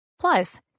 Plus